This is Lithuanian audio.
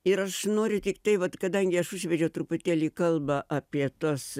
ir aš noriu tiktai vat kadangi aš užvedžiau truputėlį kalbą apie tuos